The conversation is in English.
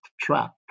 trap